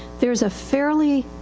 thereis a fairly